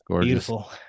Beautiful